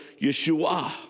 Yeshua